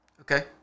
okay